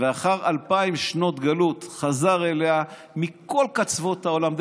ואחרי אלפיים שנות גלות חזר אליה מכל קצוות העולם.